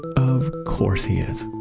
of course he is.